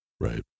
Right